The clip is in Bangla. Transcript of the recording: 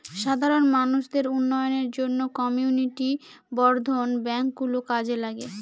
সাধারণ মানুষদের উন্নয়নের জন্য কমিউনিটি বর্ধন ব্যাঙ্ক গুলো কাজে লাগে